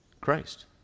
Christ